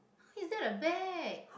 how is that a bag